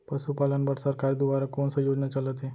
पशुपालन बर सरकार दुवारा कोन स योजना चलत हे?